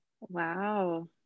wow